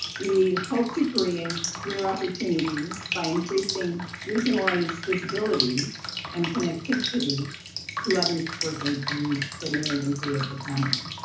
we hope to create career opportunities by increasing regional artists' visibility and connectivity to others working in the new england creative economy.